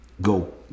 Go